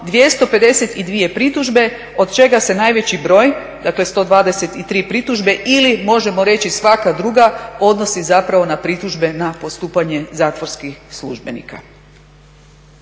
252 pritužbe od čega se najveći broj, dakle 123 pritužbe ili možemo reći svaka druga odnosi zapravo na pritužbe na postupanje zatvorskih službenika.